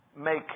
make